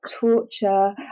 torture